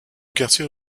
quartiers